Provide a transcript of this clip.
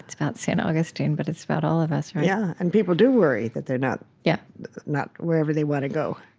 about st augustine, but it's about all of us. right? yeah, and people do worry that they're not yeah not wherever they want to go.